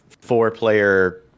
four-player